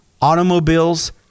automobiles